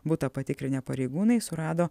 butą patikrinę pareigūnai surado